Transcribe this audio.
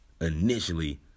initially